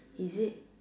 is it